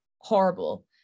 horrible